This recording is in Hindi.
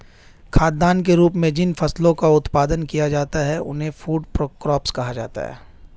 खाद्यान्न के रूप में जिन फसलों का उत्पादन किया जाता है उन्हें फूड क्रॉप्स कहा जाता है